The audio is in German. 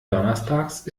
donnerstags